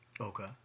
Okay